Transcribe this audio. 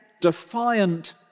defiant